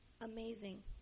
amazing